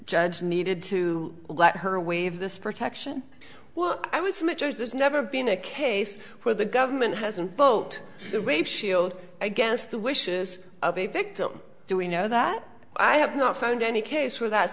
judge needed to let her waive this protection well i was mature there's never been a case where the government hasn't boat the rape shield against the wishes of a victim do we know that i have not found any case where that